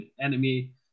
enemy